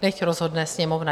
Nechť rozhodne Sněmovna.